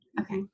Okay